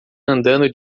andando